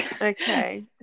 Okay